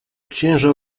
księża